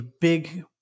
big